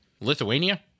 Lithuania